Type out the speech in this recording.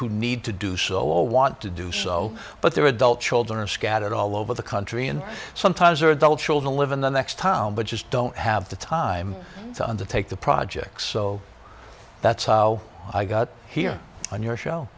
who need to do so or want to do so but their adult children are scattered all over the country and sometimes are adult children live in the next town but just don't have the time to undertake the projects so that's how i got here on your show